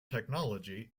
technology